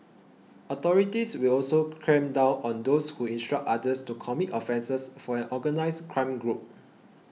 authorities will also clamp down on those who instruct others to commit offences for an organised crime group